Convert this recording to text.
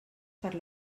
per